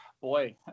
boy